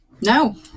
No